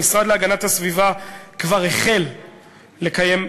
המשרד להגנת הסביבה כבר החל לקיים,